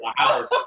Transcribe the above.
Wow